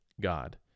God